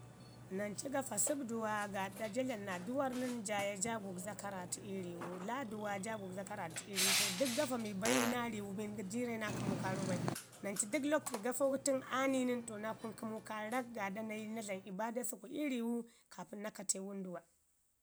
Nanci gafa səbduwa gaaɗa jaa dlama naa duuwarr nən jaaya ja gugza karratu ii riwu, laaduwa jaa gugzo karratu ii riiwu to dək gafo mii bayu naa riiwu bin jiirre naa kəmu kaarak gu bai. Nan cu də lakutu gafo gu tən aa ni nən to naa kunu kəmu kaarak gaaɗa naa yi naa dlam ibaada səku ii riiwu kaapən naa kate wunduwa.